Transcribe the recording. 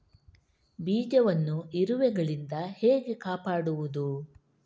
ಬೀಜವನ್ನು ಇರುವೆಗಳಿಂದ ಹೇಗೆ ಕಾಪಾಡುವುದು?